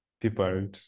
people